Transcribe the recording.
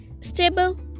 stable